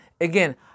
Again